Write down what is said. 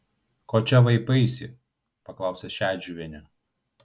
ko čia vaipaisi paklausė šedžiuvienė